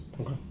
Okay